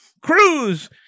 Cruz